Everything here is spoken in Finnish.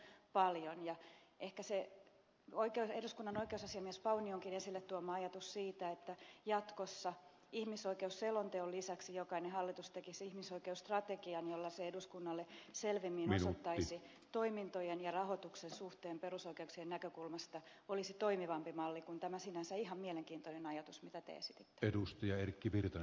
näitä on aika paljon ja ehkä se eduskunnan oikeusasiamies paunionkin esille tuoma ajatus siitä että jatkossa ihmisoikeusselonteon lisäksi jokainen hallitus tekisi ihmisoikeusstrategian jolla se eduskunnalle selvemmin osoittaisi toimintojen ja rahoituksen suhteen perusoikeuksien näkökulmasta olisi toimivampi malli kuin tämä sinänsä ihan mielenkiintoinen ajatus mitä te esititte